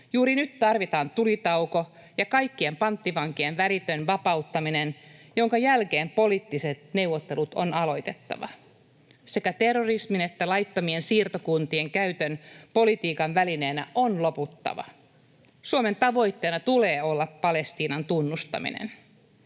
Juuri nyt tarvitaan tulitauko ja kaikkien panttivankien välitön vapauttaminen, jonka jälkeen neuvottelut on aloitettava. Sekä terrorismin että laittomien siirtokuntien käytön politiikan välineenä on loputtava. Suomen tavoitteena tulee olla Palestiinan tunnustaminen.